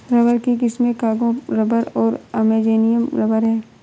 rubber की किस्में Congo rubber और अमेजोनियन रबर हैं